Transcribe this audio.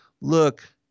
Look